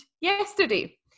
yesterday